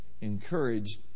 encouraged